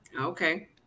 Okay